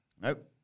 Nope